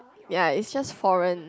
ya it's just foreign